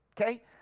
okay